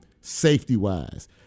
safety-wise